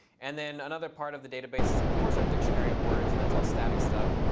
and then another part of the database is, of course, our dictionary of words. and that's all static stuff.